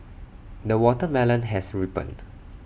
the watermelon has ripened